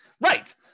Right